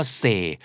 say